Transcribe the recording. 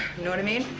know what i mean?